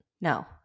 No